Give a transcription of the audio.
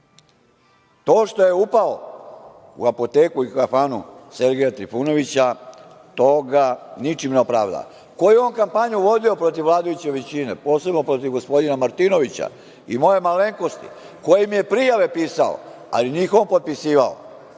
što je upao u apoteku i kafanu Sergeja Trifunovića, to ga ničim ne opravdava. Koju je on kampanju vodio protiv vladajuće većine, posebno protiv gospodina Martinovića i moje malenkosti, koje im je prijave pisao, ali nije ih on potpisivao,